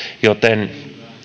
joten